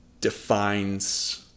defines